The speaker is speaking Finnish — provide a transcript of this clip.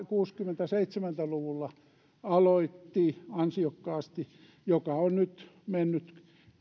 kuusikymmentä viiva seitsemänkymmentä luvulla aloitti ansiokkaasti joka on nyt mennyt